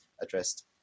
addressed